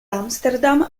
amsterdam